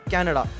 Canada